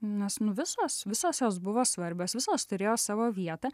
nes nu visos visos jos buvo svarbios visos turėjo savo vietą